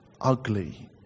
ugly